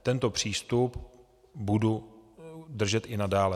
Tento přístup budu držet i nadále.